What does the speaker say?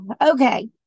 Okay